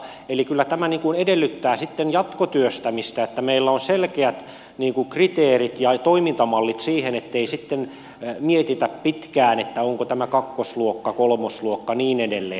eli kyllä tämä edellyttää sitten jatkotyöstämistä niin että meillä on selkeät kriteerit ja toimintamallit siihen ettei sitten mietitä pitkään onko tämä kakkosluokka kolmosluokka ja niin edelleen